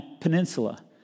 Peninsula